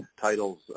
titles